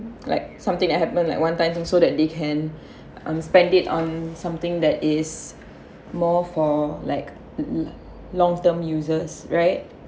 like something that happened like one time so that they can um spend it on something that is more for like long term uses right